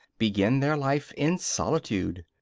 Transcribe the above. begin their life in solitude.